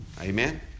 Amen